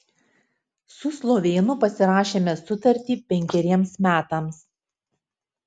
su slovėnu pasirašėme sutartį penkeriems metams